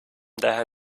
daher